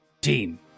team